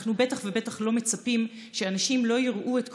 אנחנו בטח ובטח לא מצפים שאנשים לא יראו את קרוביהם,